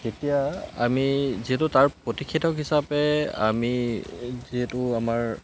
তেতিয়া আমি যিহেতু তাৰ প্ৰতিষেধক হিচাপে আমি যিহেতু আমাৰ